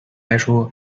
来说